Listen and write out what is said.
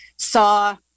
Saw